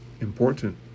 important